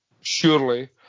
Surely